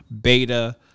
beta